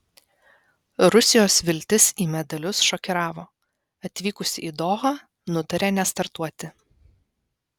rusijos viltis į medalius šokiravo atvykusi į dohą nutarė nestartuoti